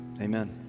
Amen